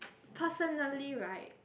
personally right